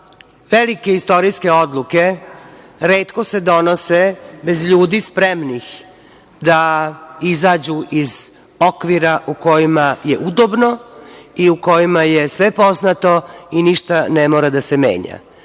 velike istorijske odluke retko se donose bez ljudi spremnih da izađu iz okvira u kojima je udobno i u kojima je sve poznato i ništa ne mora da se menja.